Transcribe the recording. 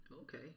Okay